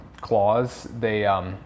Claws—they